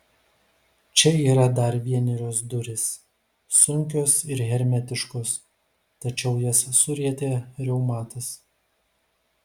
čia yra dar vienerios durys sunkios ir hermetiškos tačiau jas surietė reumatas